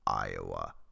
Iowa